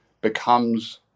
becomes